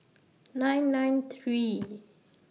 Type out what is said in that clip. nine nine three